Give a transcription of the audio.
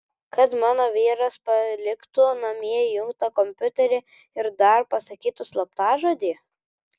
kad mano vyras paliktų namie įjungtą kompiuterį ir dar pasakytų slaptažodį